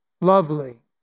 lovely